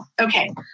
Okay